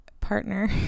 partner